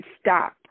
stop